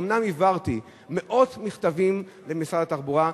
אומנם העברתי מאות מכתבים למשרד התחבורה,